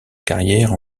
carrière